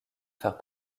faire